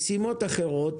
משימות אחרות